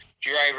driver